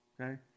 Okay